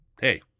Hey